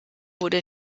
wurde